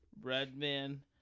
Redman